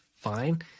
fine